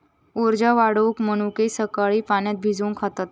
उर्जा वाढवूक मनुके सकाळी पाण्यात भिजवून खातत